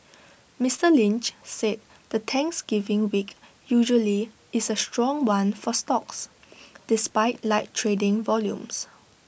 Mister Lynch said the Thanksgiving week usually is A strong one for stocks despite light trading volumes